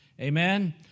amen